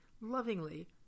lovingly